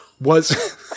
Was-